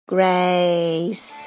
Grace